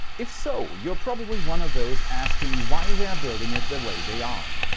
if so, you're probably one of those, asking why they're building it the way they are.